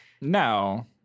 No